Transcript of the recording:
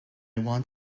want